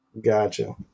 Gotcha